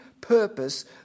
purpose